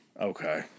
Okay